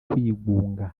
kwigunga